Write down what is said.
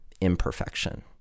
imperfection